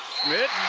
schmitt,